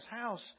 house